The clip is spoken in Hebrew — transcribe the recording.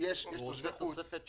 תושבי חוץ,